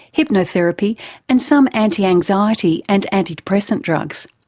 hypnotherapy and some anti-anxiety and anti-depressant drugs.